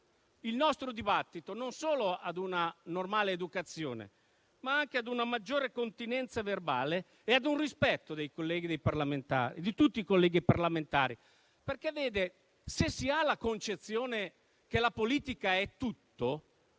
il nostro dibattito non solo a una normale educazione, ma anche a una maggiore continenza verbale e al rispetto di tutti i colleghi parlamentari. Se si ha la concezione che la politica è tutto,